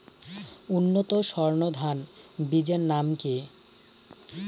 উন্নত সর্ন ধান বীজের নাম কি?